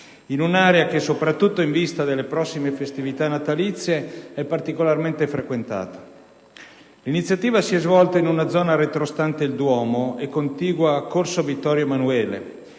in un'area che, soprattutto in vista delle prossime festività natalizie, è particolarmente frequentata. L'iniziativa si è svolta in una zona retrostante il Duomo e contigua a corso Vittorio Emanuele,